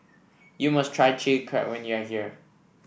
you must try Chili Crab when you are here